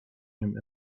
him